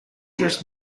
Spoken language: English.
dressed